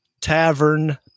tavern